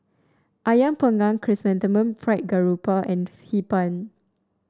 ayam panggang Chrysanthemum Fried Garoupa and Hee Pan